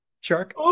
Shark